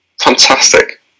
Fantastic